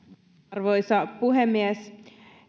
arvoisa puhemies